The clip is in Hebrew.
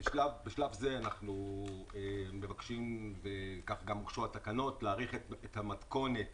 בשלב זה אנחנו מבקשים וכך גם הוגשו התקנות להאריך את המתכונת